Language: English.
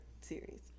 series